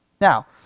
Now